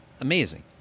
amazing